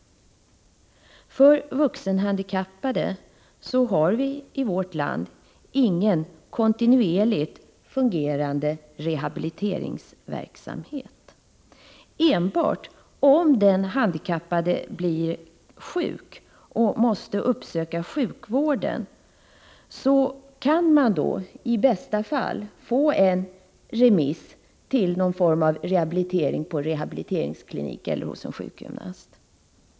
För vuxenhandikappade har vi i vårt land ingen kontinuerligt fungerande rehabiliteringsverksamhet. Enbart om den handikappade blir sjuk och måste uppsöka sjukvården kan i bästa fall en remiss till sjukgymnast eller rehabiliteringsklinik utfärdas.